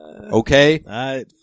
Okay